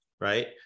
Right